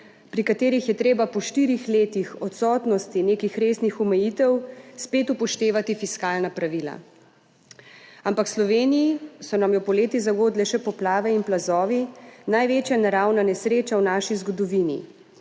pri katerih je treba po štirih letih odsotnosti nekih resnih omejitev, spet upoštevati fiskalna pravila, ampak v Sloveniji so nam jo poleti zagodle še poplave in plazovi, največja naravna nesreča v naši zgodovini,